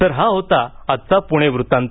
तर हा होता आजचा पुणे वृत्तांत